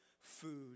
food